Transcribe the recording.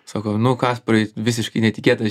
sako nu kasparai visiškai netikėtas